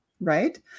right